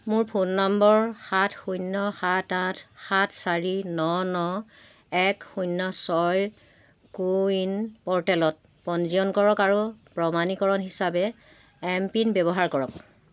মোৰ phone number সাত শূন্য সাত আঠ সাত চাৰি ন ন এক শূন্য ছয় কো ৱিন প'ৰ্টেলত পঞ্জীয়ন কৰক আৰু প্ৰমাণীকৰণ হিচাপে এমপিন ব্যৱহাৰ কৰক